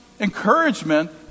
Encouragement